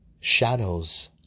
shadows